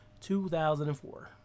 2004